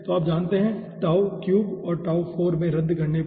और आप जानते हैं और में रद्द करने पर